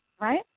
right